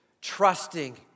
trusting